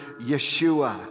Yeshua